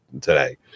today